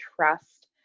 trust